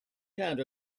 kind